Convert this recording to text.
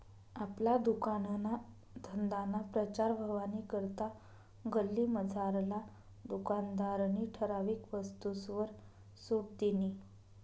आपला दुकानना धंदाना प्रचार व्हवानी करता गल्लीमझारला दुकानदारनी ठराविक वस्तूसवर सुट दिनी